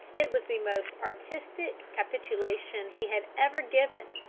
it was the most artistic capitulation he had ever given.